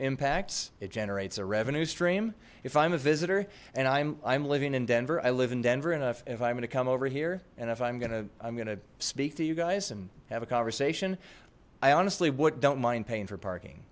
impacts it generates a revenue stream if i'm a visitor and i'm i'm living in denver i live in denver and if i'm gonna come over here and if i'm gonna i'm gonna speak to you guys and have a conversation i honestly would don't mind paying for parking